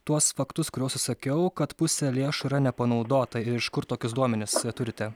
tuos faktus kuriuos išsakiau kad pusė lėšų yra nepanaudota iš kur tokius duomenis turite